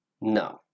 No